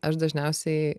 aš dažniausiai